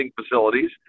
facilities